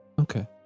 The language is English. Okay